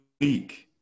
week